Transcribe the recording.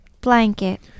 blanket